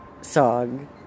song